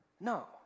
no